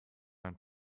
mein